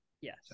Yes